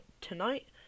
tonight